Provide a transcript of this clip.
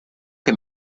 que